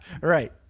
Right